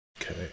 Okay